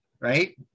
right